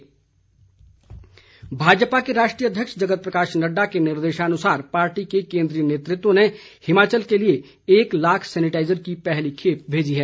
Bhajpa sanitiser Bhajpa के राष्ट्रीय अध्यक्ष जगत प्रकाश नड्डा के निर्देशानुसार पार्टी के केंद्रीय नेतृत्व ने हिमाचल के लिए एक लाख सैनिटाईजर की पहली खेप भेजी है